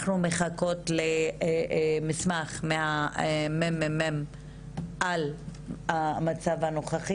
אנחנו מחכות למסמך מהממ"מ על המצב הנוכחי